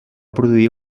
produir